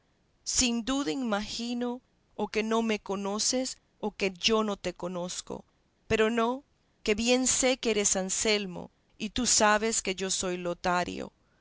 sin duda imagino o que no me conoces o que yo no te conozco pero no que bien sé que eres anselmo y tú sabes que yo soy lotario